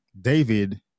David